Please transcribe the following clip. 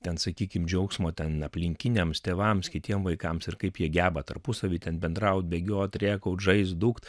ten sakykim džiaugsmo ten aplinkiniams tėvams kitiem vaikams ir kaip jie geba tarpusavy ten bendraut bėgiot rėkaut žaist dūkt